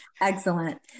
Excellent